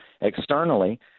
externally